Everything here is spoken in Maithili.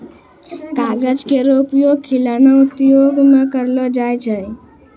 कागज केरो उपयोग खिलौना उद्योग म करलो जाय छै